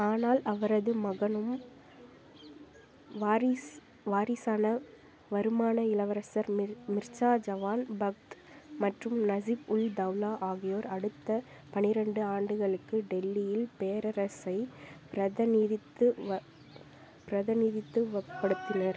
ஆனால் அவரது மகனும் வாரிஸ் வாரிசான வருமான இளவரசர் மிர் மிர்சா ஜவான் பக்த் மற்றும் நஜிப் உல் தௌலா ஆகியோர் அடுத்த பன்னிரெண்டு ஆண்டுகளுக்கு டெல்லியில் பேரரசை பிரதநிதித்துவ பிரதநிதித்துவப்படுத்தினர்